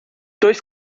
dois